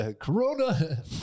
Corona